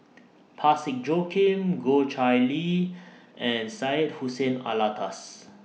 Parsick Joaquim Goh Chiew Lye and Syed Hussein Alatas